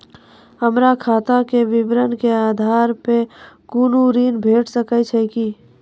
हमर खाता के विवरण के आधार प कुनू ऋण भेट सकै छै की?